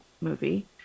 movie